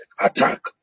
attack